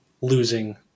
losing